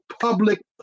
public